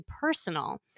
personal